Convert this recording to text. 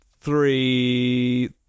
three